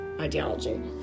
ideology